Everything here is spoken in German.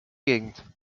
gegend